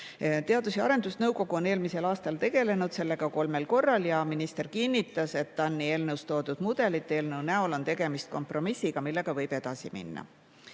Teadus- ja Arendusnõukogu on eelmisel aastal tegelenud sellega kolmel korral ja minister kinnitas, et eelnõu ja eelnõus toodud mudeli näol on tegemist kompromissiga, millega võib edasi minna.